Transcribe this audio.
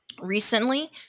recently